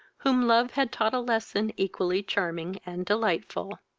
whom love had taught a lesson equally charming and delightful.